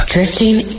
Drifting